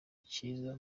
cyiza